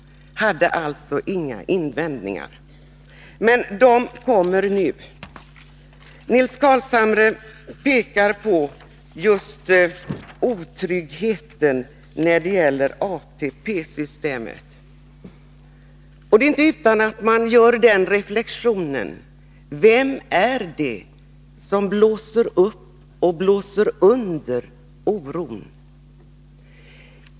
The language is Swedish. Han hade alltså inga invändningar. De kommer i stället nu. Nils Carlshamre pekar på just otryggheten när det gäller ATP-systemet. Det ligger nära till hands att göra följande reflexion: Vem är det som blåser upp och blåser under oron?